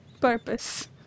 purpose